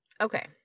Okay